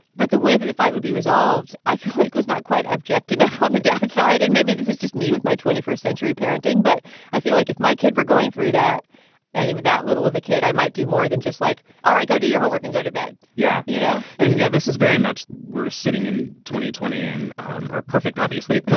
but the way that the fight would be resolved, i felt like was not quite objective enough on the debt side. and maybe this is just me with my twenty first century parenting, but i feel like if my kid were going through that ending with that little of a kid, i might do more than just like. all right, go do your homework and go to bed. yeah you know, and yeah, this is very much. we're sitting in two thousand and twenty in um ah perfect, obviously. but